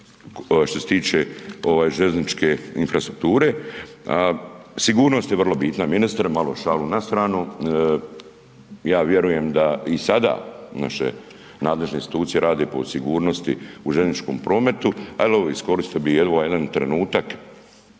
što se tiče željezničke infrastrukture. A sigurnost je vrlo bitna, ministre, malo šalu na stranu. Ja vjerujem da i sada naše nadležne institucije rade po sigurnosti u željezničkom prometu. Ali evo iskoristio bih ovaj jedan trenutak